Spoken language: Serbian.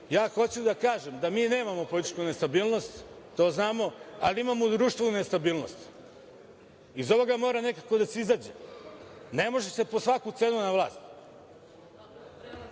Ja hoću da kažem da mi nemamo političku nestabilnost, to znamo, ali imamo društvenu nestabilnost. Iz ovoga mora nekako da se izađe. Ne može se po svaku cenu na vlast. Mislim